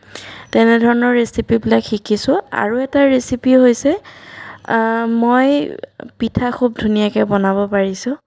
তেনে ধৰণৰ ৰেচিপিবিলাক শিকিছোঁ আৰু এটা ৰেচিপি হৈছে মই পিঠা খুব ধুনীয়াকৈ বনাব পাৰিছোঁ